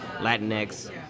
Latinx